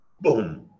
boom